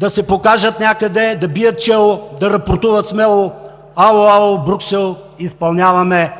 да се покажат някъде, да бият чело, да рапортуват смело: „Ало, ало, Брюксел, изпълняваме!“,